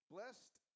Blessed